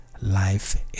life